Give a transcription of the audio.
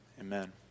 amen